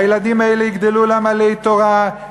הילדים האלה יגדלו לעמלי תורה,